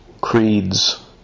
creeds